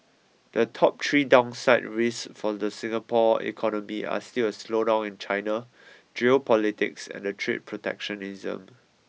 the top three downside risks for the Singapore economy are still a slowdown in China geopolitics and trade protectionism